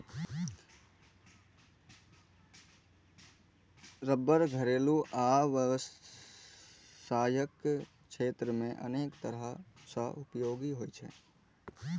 रबड़ घरेलू आ व्यावसायिक क्षेत्र मे अनेक तरह सं उपयोगी होइ छै